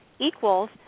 equals